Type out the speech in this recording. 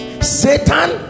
satan